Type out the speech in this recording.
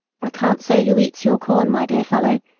i can't say who eats your corn, my dear fellow,